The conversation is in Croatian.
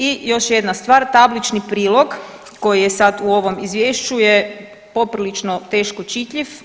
I još jedna stvar tablični prilog koji je sad u ovom izvješću je poprilično teško čitljiv.